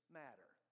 matter